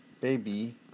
baby